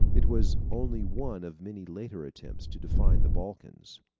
it was only one of many later attempts to define the balkans.